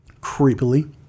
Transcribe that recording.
creepily